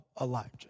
Elijah